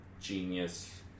genius